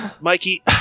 Mikey